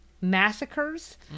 massacres